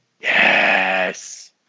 Yes